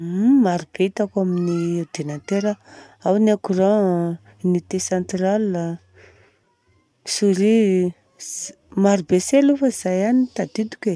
Maro be hitako amin'ny ordinateur, ao ny écran, unité central a, soourie, maro be se aloha. Izay ihany tadidiko e.